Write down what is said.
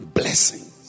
blessings